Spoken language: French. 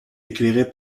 éclairée